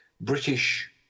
British